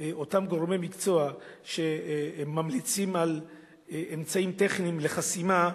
אותם גורמי מקצוע שממליצים על אמצעים טכניים לחסימה,